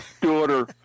daughter